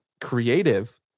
creative